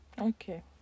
Okay